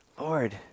Lord